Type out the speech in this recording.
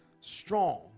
strong